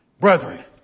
Brethren